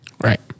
Right